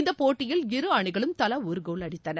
இந்தப் போட்டியில் இரு அணிகளும் தவா ஒரு கோல் அடித்தன